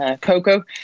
Coco